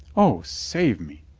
o, save me!